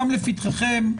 שם לפתחיכם,